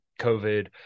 COVID